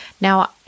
Now